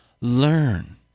learn